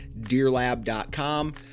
deerlab.com